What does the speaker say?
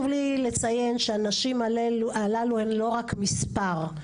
לי לציין שהנשים האלו הן לא רק מספר.